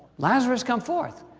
lazarus, come forth.